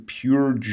pure